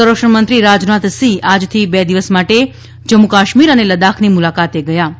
સંરક્ષણમંત્રી રાજનાથ સિંહ આજથી બે દિવસ માટે જમ્મુ કાશ્મીર અને લદાખની મુલાકાતે ગયા છે